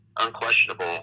unquestionable